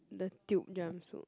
the tube jumpsuit